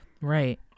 Right